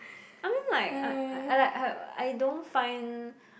I mean like I I I like I I don't find